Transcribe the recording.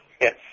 Yes